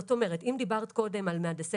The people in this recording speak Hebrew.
זאת אומרת: אם דיברת קודם על מהנדסי